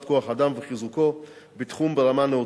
כוח-אדם וחיזוקו בתחום ברמה נאותה.